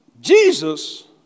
Jesus